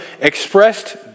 expressed